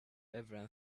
everyone